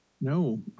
No